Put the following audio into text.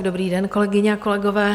Dobrý den, kolegyně, kolegové.